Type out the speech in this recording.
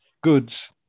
goods